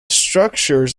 structures